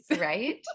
Right